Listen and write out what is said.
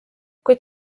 kuid